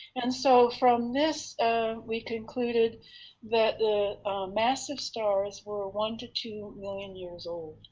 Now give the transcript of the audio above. and so from this we concluded that the massive stars were ah one to two million years old,